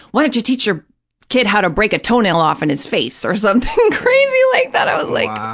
why don't you teach your kid how to break a toenail off in his face, or something crazy like that. i was like,